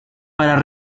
para